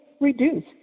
reduce